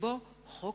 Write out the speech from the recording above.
שבו חוק